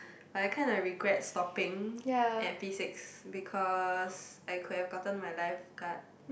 but I kinda regret stopping at P-six because I could have gotten my lifeguard